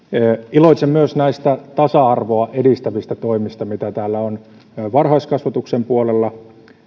iloitsen myös näistä tasa arvoa edistävistä toimista mitä täällä on varhaiskasvatuksen puolella